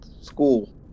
school